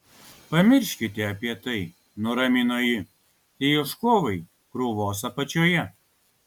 pamirškite apie tai nuramino ji tie ieškovai krūvos apačioje